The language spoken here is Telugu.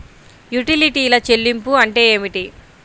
యుటిలిటీల చెల్లింపు అంటే ఏమిటి?